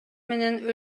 менен